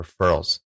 referrals